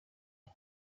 ngo